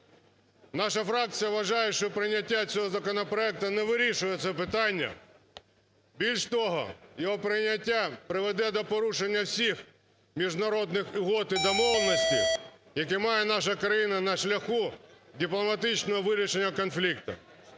Наша фракція вважає, що прийняття цього законопроекту не вирішує це питання. Більше того, його прийняття приведе до порушення всіх міжнародних угод і домовленостей, які має наша країна на шляху дипломатичного вирішення конфлікту.